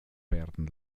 werden